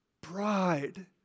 bride